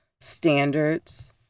standards